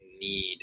need